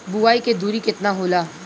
बुआई के दुरी केतना होला?